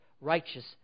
righteous